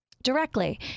directly